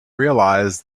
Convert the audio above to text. realize